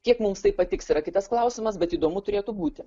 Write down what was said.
kiek mums tai patiks yra kitas klausimas bet įdomu turėtų būti